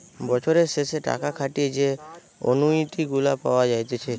বছরের শেষে টাকা খাটিয়ে যে অনুইটি গুলা পাওয়া যাইতেছে